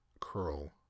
Curl